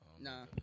Nah